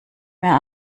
mehr